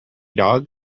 dog